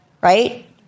right